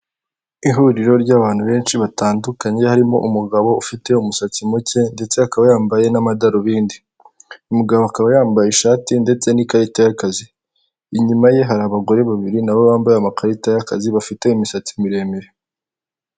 Ihuriro ry'abantu benshi batandukanye harimo: umugabo ufite umusatsi muke ndetse akaba yambaye n'amadarubindi, umugabo akaba yambaye ishati ndetse n'ikarita y'akazi, inyuma ye hari abagore babiri n'abo bambaye amakarita y'akazi bafite imisatsi miremire.